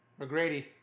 McGrady